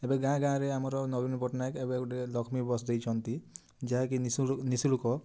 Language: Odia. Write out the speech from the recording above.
ଏବେ ଗାଁ ଗାଁରେ ଆମର ନବୀନ ପଟ୍ଟନାୟକ ଏବେ ଗୋଟେ ଲକ୍ଷ୍ମୀ ବସ୍ ଦେଇଛନ୍ତି ଯାହାକି ନିଃଶୁକ୍ଳ